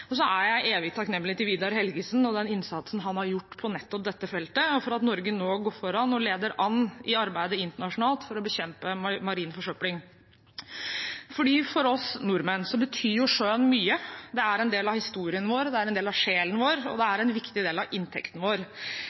Og så er jeg Vidar Helgesen evig takknemlig for den innsatsen han har gjort på dette feltet, og for at Norge nå går foran og leder an i arbeidet internasjonalt for å bekjempe marin forsøpling. For oss nordmenn betyr sjøen mye. Den er en del av historien vår, den er en del av sjelen vår, og den er en viktig del av inntekten vår.